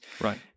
Right